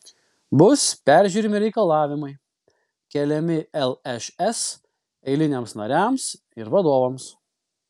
bus peržiūrimi reikalavimai keliami lšs eiliniams nariams ir vadovams